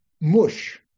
mush